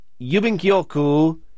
yubinkyoku